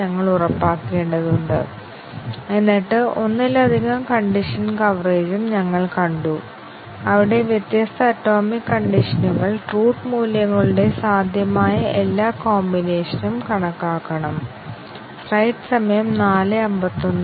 ഞങ്ങൾ വളരെ സമഗ്രമായ ടെസ്റ്റിങ് നടത്തുന്നില്ല കൂടുതൽ സമഗ്രമായ ടെസ്റ്റിങ് നേടുന്നതിന് ഞങ്ങൾ കണ്ടീഷൻ ടെസ്റ്റിംഗ് നടത്തേണ്ടതുണ്ട് കൂടാതെ കണ്ടിഷൻ ടെസ്റ്റിങ് പല തരത്തിലാണ്